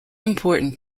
important